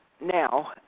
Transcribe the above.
now